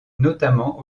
notamment